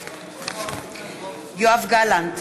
בעד יואב גלנט,